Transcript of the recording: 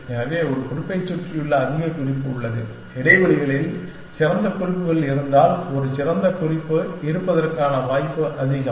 எனவே ஒரு குறிப்பைச் சுற்றியுள்ள அதிக குறிப்பு உள்ளது இடைவெளிகளில் சிறந்த குறிப்புகள் இருந்தால் ஒரு சிறந்த குறிப்பு இருப்பதற்கான வாய்ப்பு அதிகம்